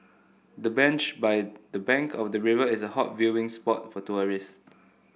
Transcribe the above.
the bench by the bank of the river is a hot viewing spot for tourists